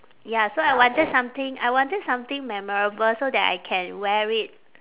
ya so I wanted something I wanted something memorable so that I can wear it